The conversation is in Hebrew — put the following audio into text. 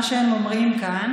מה שהם אומרים כאן